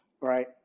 right